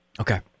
Okay